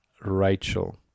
rachel